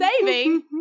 saving